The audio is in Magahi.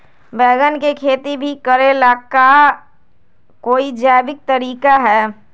बैंगन के खेती भी करे ला का कोई जैविक तरीका है?